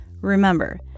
Remember